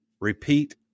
repeat